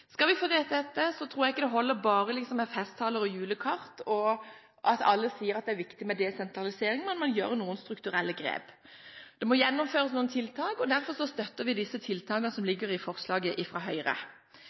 Skal vi få dette til, tror jeg ikke det holder bare med festtaler og julekort – at alle sier at det er viktig med desentralisering. Man må foreta noen strukturelle grep. Det må gjennomføres noen tiltak. Derfor støtter vi tiltakene